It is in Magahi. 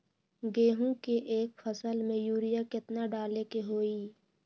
गेंहू के एक फसल में यूरिया केतना डाले के होई?